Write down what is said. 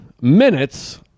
minutes